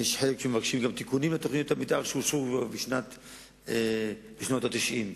יש חלק שגם מבקשים תיקונים לתוכניות המיתאר שאושרו בשנות ה-90.